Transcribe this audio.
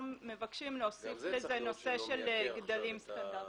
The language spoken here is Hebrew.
אנחנו מבקשים להוסיף לזה את הנושא של גדלים סטנדרטיים.